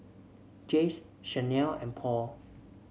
Jays Chanel and Paul